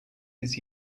his